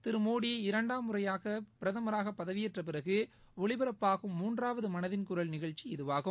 திரு மோடி இரண்டாம் முறை பிரதமராக பதவியேற்றப் பிறகு ஒலிபரப்பாகும் மூன்றாவது மனதின் குரல் நிகழ்ச்சி இதுவாகும்